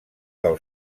del